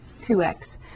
2x